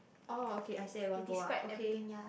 oh okay I say at one go ah okay